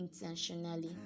intentionally